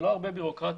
זה לא הרבה בירוקרטיה,